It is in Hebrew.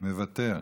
מוותר.